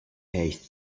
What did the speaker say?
haste